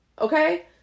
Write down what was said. okay